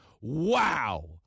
wow